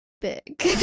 big